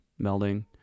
melding